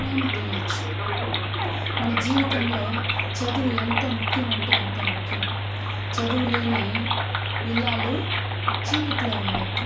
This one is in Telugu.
ప్రేమకి ఇవ్వచ్చు మన జీవితంలో చదువు ఎంత ముఖ్యమంటే అంత ముఖ్యం చదువులేని ఇల్లాలు చీకట్లో ఉన్నట్టు